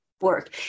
work